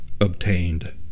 obtained